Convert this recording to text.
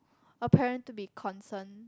a parent to be concerned